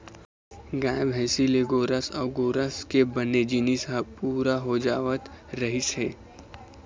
गाय, भइसी ले गोरस अउ गोरस के बने जिनिस ह पूरा हो जावत रहिस हे